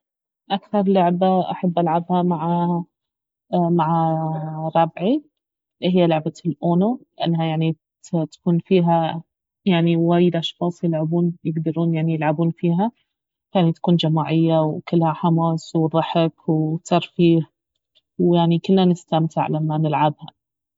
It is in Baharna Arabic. اكثر لعبة احب العبها مع مع ربعي اهي لعبة الاونو لانها يعني تكون فيها يعني وايد اشخاص يلعبون يقدرون يعني يلعبون فيها فتكون جماعية وكلها حماس وضحك وترفيه ويعني كلنا نستمتع لما نلعبها